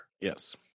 Yes